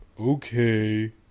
Okay